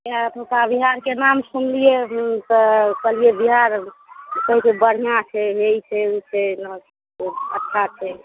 किए एतहुका बिहारके नाम सुनलियै तऽ कहलियै बिहार कहै छै बढ़िऑं छै हे ई छै ओ छै अच्छा छै